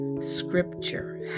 scripture